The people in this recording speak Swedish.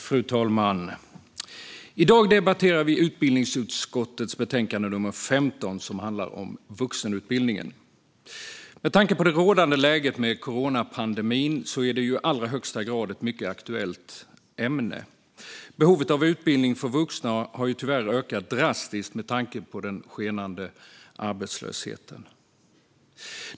Fru talman! I dag debatterar vi utbildningsutskottets betänkande 15, som handlar om vuxenutbildning. Med tanke på det rådande läget med coronapandemin är det i allra högsta grad ett aktuellt ämne. Behovet av utbildning för vuxna har tyvärr ökat drastiskt med tanke på den skenande arbetslösheten.